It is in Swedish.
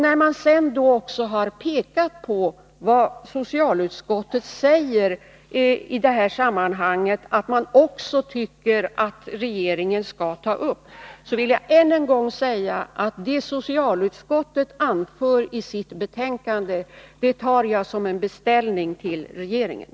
När man sedan också pekar på vad socialutskottet i detta sammanhang tycker att regeringen skall ta upp, vill jag än en gång säga att det socialutskottet anför i sitt betänkande tar jag som en beställning till regeringen.